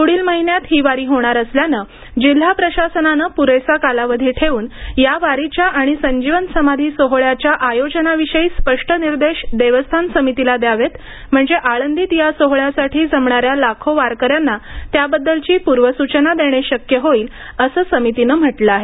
पुढील महिन्यात ही वारी होणार असल्यानं जिल्हा प्रशासनानं पुरेसा कालावधी ठेवून या वारीच्या आणि संजीवन समाधी सोहोळ्याच्या आयोजनाविषयी स्पष्ट निर्देश देवस्थान समितीला द्यावेत म्हणजे आळंदीत या सोहोळ्यासाठी जमणाऱ्या लाखो वारकऱ्यांना त्याबद्दलची पूर्वसूचना देणे शक्य होईल असं समितीनं म्हटलं आहे